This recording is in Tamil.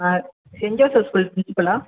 ah saint Joseph school ப்ரின்ஸ்பல்லா